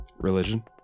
religion